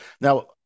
now